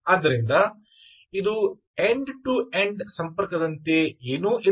ಆದ್ದರಿಂದ ಇದು end to end ಸಂಪರ್ಕದಂತೆಯೇ ಏನೂ ಇಲ್ಲ